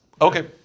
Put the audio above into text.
okay